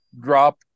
drop